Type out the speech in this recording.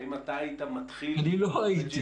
האם אתה היית מתחיל registration --- אני לא הייתי.